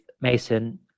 Mason